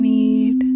need